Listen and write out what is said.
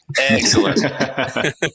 Excellent